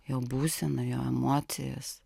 jo būseną jo emocijas